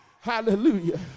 hallelujah